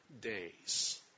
days